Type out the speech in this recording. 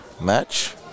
match